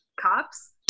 cops